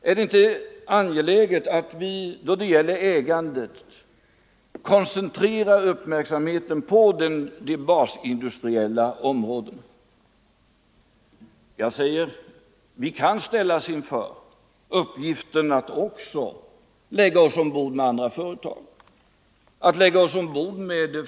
Är det inte angeläget att vi då det gäller ägandet koncentrerar uppmärksamheten på de basindustriella områdena? Vi kan komma att ställas inför uppgiften att också gå in i företag inom andra sektorer.